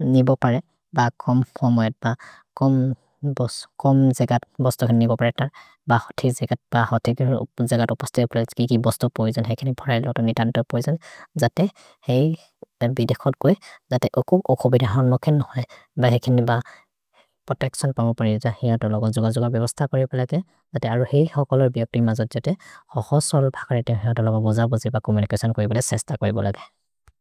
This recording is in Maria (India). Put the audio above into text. निबोपरे, ब कोम् फोम्वैद्, ब कोम् जेगत् बस्तौ केने निबोपरे तर्, ब हथि जेगत्, ब हथि जेगत् उपस्ते उपस्ते हेकिनि बस्तौ पोइजन्, हेकिनि प्लएले अतिक्वे पोइजन्। जते हेइ बिदेक्सत् कोए, जते ओकु ओको बिदेहओन् मखेन् होइ, ब हेकिनि ब प्रोतेच्तिओन् पमोपने ज है अतल ब जोगर् जोगर् बेबस्त कोरे भलते, जते अरो हेइ ह कोलोर् बिदेक्सत् जते ह ह सोल् भकरेते है अतल ब बोज बोजे ब कुमेरिकस्योन् कोए भले सेश्त कोए भलते।